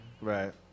Right